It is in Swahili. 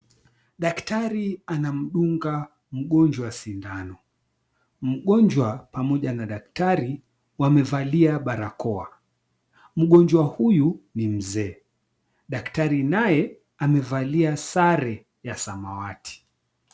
Dakitari anamdunga mgonjwa sindano. Mgonjwa pamoja na daktari wamevalia barakoa. Mgonjwa huyu ni mzee daktari nae amevalia sare ya samawati.